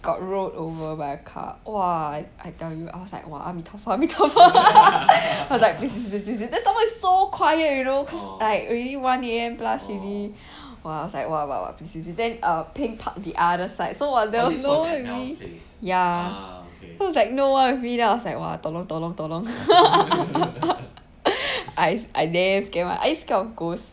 got road over by a car !wah! I I tell you I was like !wah! 阿弥陀佛阿弥陀佛 I was like please please please then some more it's so quiet you know cause like really one A_M plus already !wah! I was like !wah! !wah! !wah! please please please then uh pink park the other side so !wah! there was no one with me ya there was like no one with me I was like !wah! tolong tolong tolong I I damn scared [one] are you scared of ghosts